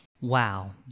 Wow